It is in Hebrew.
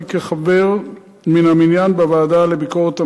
כחבר מן המניין בוועדה לביקורת המדינה,